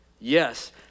Yes